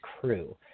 crew